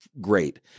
great